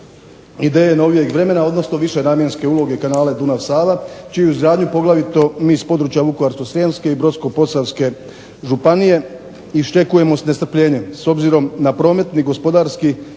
ideje novijeg vremena, odnosno višenamjenske uloge kanala Dunav-Sava čiju izgradnju poglavito mi s područja Vukovarsko-srijemske i Brodsko-posavske županije iščekujemo s nestrpljenjem s obzirom na prometni, gospodarski